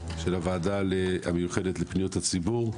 של הוועדה המיוחדת לפניות הציבור.